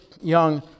young